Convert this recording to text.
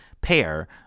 pair